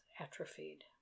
atrophied